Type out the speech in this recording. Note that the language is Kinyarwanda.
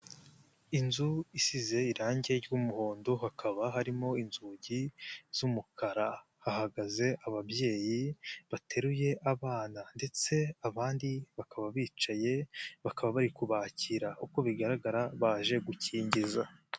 Inzu isize irangi ry'umuhondo, hakaba harimo inzugi z'umukara, hahagaze ababyeyi, bateruye abana ndetse abandi bakaba bicaye, bakaba bari kubakira, uko bigaragara, baje gukingiza.